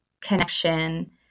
connection